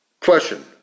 Question